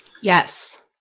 Yes